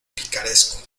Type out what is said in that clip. picaresco